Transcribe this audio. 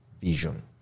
vision